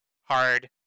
hard